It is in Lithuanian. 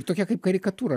tokia kaip karikatūra